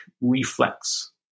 reflex